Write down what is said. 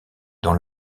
dans